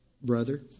Brother